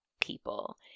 people